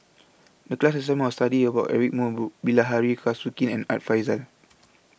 The class assignment was to study about Eric Moo Bilahari Kausikan and Art Fazil